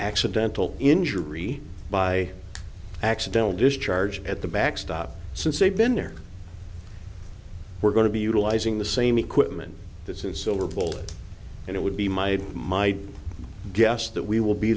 accidental injury by accidental discharge at the backstop since they've been there we're going to be utilizing the same equipment this is silver bullet and it would be my my guess that we will be